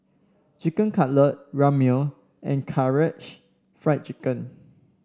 Chicken Cutlet Ramyeon and Karaage Fried Chicken